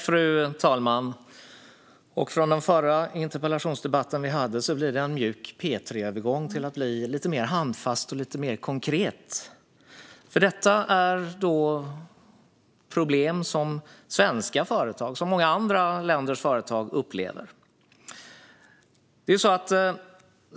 Fru talman! Från vår förra interpellationsdebatt blir det nu en mjuk P3-övergång till en lite mer handfast och konkret, för detta är problem som svenska företag liksom många andra länders företag upplever.